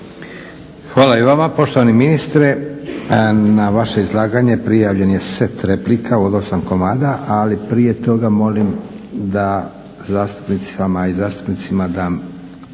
Hvala i vama poštovani ministre. Na vaša izlaganje prijavljen je set replika od 8 komada ali prije toga molim da zastupnicama i zastupnicima dam